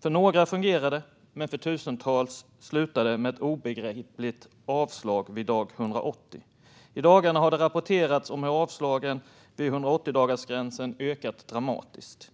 För några fungerar det, men för tusentals slutar det med ett obegripligt avslag vid dag 180. I dagarna har det rapporterats om hur avslagen vid 180-dagarsgränsen ökat dramatiskt.